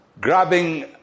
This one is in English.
grabbing